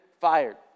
fired